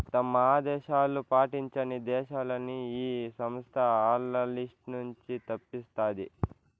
తమ ఆదేశాలు పాటించని దేశాలని ఈ సంస్థ ఆల్ల లిస్ట్ నుంచి తప్పిస్తాది